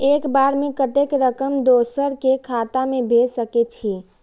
एक बार में कतेक रकम दोसर के खाता में भेज सकेछी?